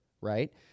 right